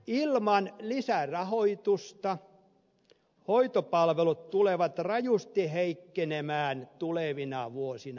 ilman lisärahoitusta hoitopalvelut tulevat rajusti heikkenemään tulevina vuosina